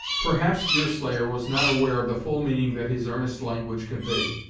perhaps deerslayer was not aware of the full meaning that his earnest language conveyed.